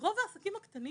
רוב העסקים הקטנים